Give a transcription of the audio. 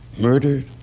murdered